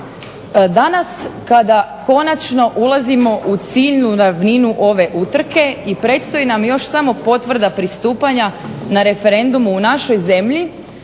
Danas kada konačno ulazimo u ciljnu ravninu ove utrke i predstoji nam još samo potvrda pristupanja na referendumu u našoj zemlji,